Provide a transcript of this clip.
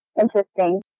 interesting